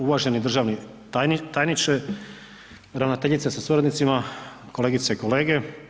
Uvaženi državni tajniče, ravnateljice sa suradnicima, kolegice i kolege.